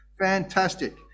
fantastic